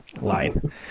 line